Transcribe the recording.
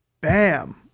bam